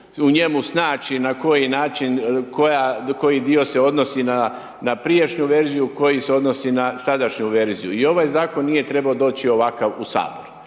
koji način, koji dio se odnosi na prijašnju verziju, koji se odnosi na sadašnju verziju i ovaj Zakon nije trebao doći ovakav u HS.